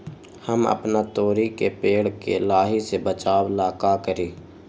हम अपना तोरी के पेड़ के लाही से बचाव ला का करी?